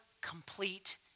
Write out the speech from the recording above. complete